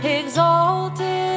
exalted